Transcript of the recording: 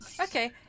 Okay